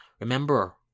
Remember